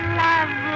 love